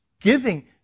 giving